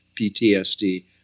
PTSD